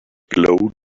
glowed